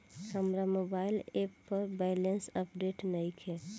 हमार mobile app पर balance update नइखे